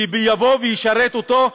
שישרת אותו,